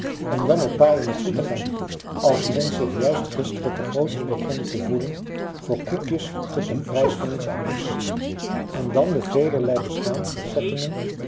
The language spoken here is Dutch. en dan het paaien met zoetigheid als men zich juist gisteren te groot is begonnen te voelen voor koekjes tot den prijs van iets anders en dan de velerlei beschaamdzettingen